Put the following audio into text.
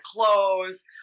clothes